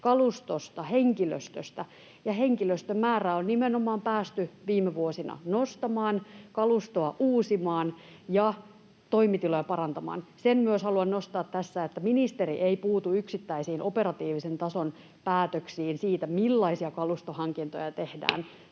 kalustosta, henkilöstöstä. Henkilöstömäärää on nimenomaan päästy viime vuosina nostamaan, kalustoa uusimaan ja toimitiloja parantamaan. Sen myös haluan nostaa tässä, että ministeri ei puutu yksittäisiin operatiivisen tason päätöksiin siitä, millaisia kalustohankintoja tehdään.